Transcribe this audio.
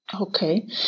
Okay